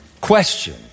Question